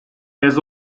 has